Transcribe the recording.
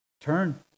Turn